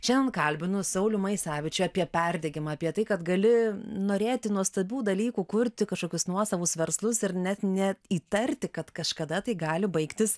šiandien kalbinu saulių maisevičių apie perdegimą apie tai kad gali norėti nuostabių dalykų kurti kažkokius nuosavus verslus ir net neįtarti kad kažkada tai gali baigtis